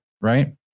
Right